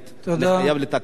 אני חייב לתקן אותה.